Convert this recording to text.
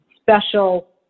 special